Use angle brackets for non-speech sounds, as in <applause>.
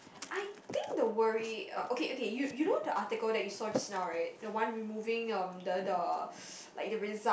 I think the worry uh okay okay you you know the article that you saw just now right the one we moving um the the <noise> like the result